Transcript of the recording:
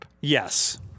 Yes